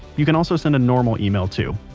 you can also send a normal email too.